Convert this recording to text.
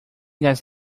guys